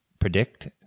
predict